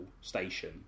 station